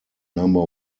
number